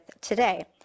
today